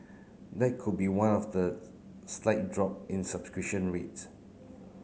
that could be one of the slight drop in subscription rates